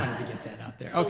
get that out there.